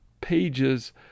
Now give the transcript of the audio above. pages